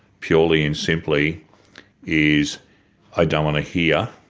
purely and simply is i don't want to hear